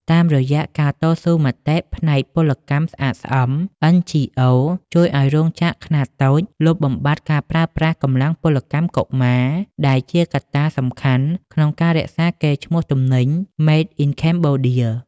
តាមរយៈការតស៊ូមតិផ្នែកពលកម្មស្អាតស្អំ NGOs ជួយឱ្យរោងចក្រខ្នាតតូចលុបបំបាត់ការប្រើប្រាស់កម្លាំងពលកម្មកុមារ ដែលជាកត្តាសំខាន់ក្នុងការរក្សាកេរ្តិ៍ឈ្មោះទំនិញ "Made in Cambodia"។